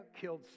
killed